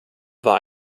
war